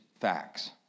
facts